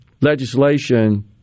legislation